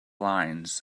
lines